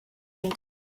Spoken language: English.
into